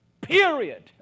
Period